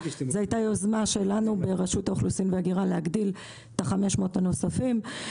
זו הייתה יוזמה שלנו ברשות האוכלוסין וההגירה להגדיל את ה-500 הנוספים.